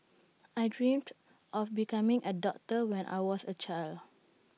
I dreamt of becoming A doctor when I was A child